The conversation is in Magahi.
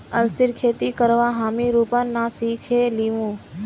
अलसीर खेती करवा हामी रूपन स सिखे लीमु